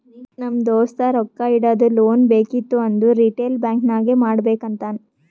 ನಮ್ ದೋಸ್ತ ರೊಕ್ಕಾ ಇಡದು, ಲೋನ್ ಬೇಕಿತ್ತು ಅಂದುರ್ ರಿಟೇಲ್ ಬ್ಯಾಂಕ್ ನಾಗೆ ಮಾಡ್ಬೇಕ್ ಅಂತಾನ್